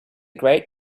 great